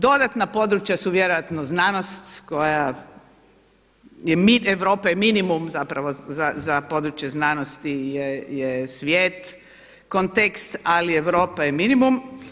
Dodatna područja su vjerojatno znanost koja je … [[Govornica se ne razumije.]] Europe, minimum zapravo za područje znanosti je svijet, kontekst ali Europa je minimum.